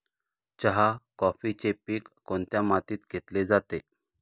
चहा, कॉफीचे पीक कोणत्या मातीत घेतले जाते?